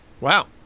Wow